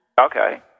Okay